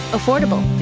Affordable